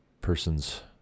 persons